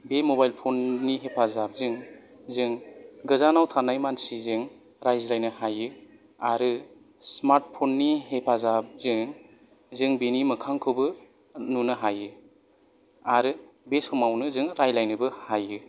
बे मबाइल फननि हेफाजाबजों जों गोजानाव थानाय मानसिजों रायज्लायनो हायो आरो स्मार्ट फननि हेफाजाबजों जों बेनि मोखांबो नुनो हायो आरो बे समावनो जों रायलायनोबो हायो